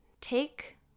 take